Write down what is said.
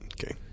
Okay